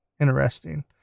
interesting